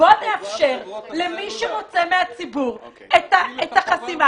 בוא נאפשר למי שרוצה מהציבור את החסימה